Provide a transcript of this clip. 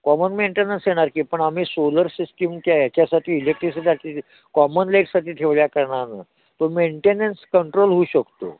common maintenance येणार की पण आम्ही सोलर सिस्टीमच्या ह्याच्यासाठी इलेक्ट्रिसीसाठी कॉमनलेटसाठी ठेवल्या कारणानं तो मेंटेनन्स कंट्रोल होऊ शकतो